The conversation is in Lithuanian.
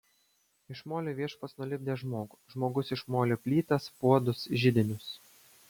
iš molio viešpats nulipdė žmogų žmogus iš molio plytas puodus židinius